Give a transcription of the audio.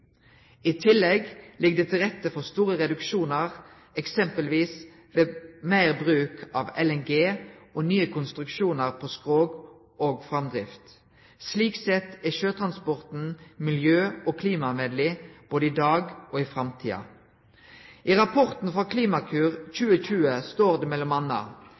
I tillegg ligg det til rette for store reduksjonar, eksempelvis ved meir bruk av LNG og nye konstruksjonar for skrog og framdrift. Slik sett er sjøtransporten miljø- og klimavennleg både i dag og i framtida. I rapporten frå Klimakur 2020 står det